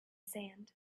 sand